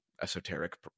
Esoteric